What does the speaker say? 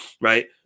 right